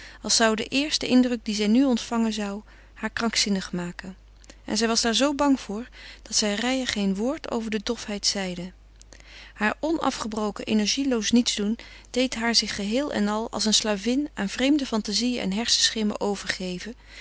als zou de eerste indruk dien zij nu ontvangen zou haar krankzinnig maken en zij was daar zoo bang voor dat zij reijer geen woord over de dofheid zeide haar onafgebroken energieloos nietsdoen deed haar zich geheel en al als een slavin aan vreemde fantazieën en hersenschimmen overgeven